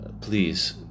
please